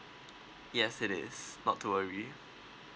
yes it is not to worry